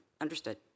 Understood